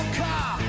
car